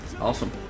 Awesome